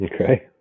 Okay